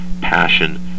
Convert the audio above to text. passion